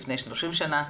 לפני 30 שנים,